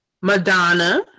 Madonna